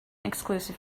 exclusive